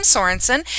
Sorensen